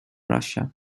russia